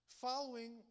Following